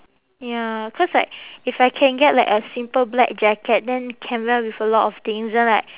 ya cause like if I can get like a simple black jacket then can wear with a lot of things then like